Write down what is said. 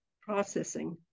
processing